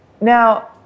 now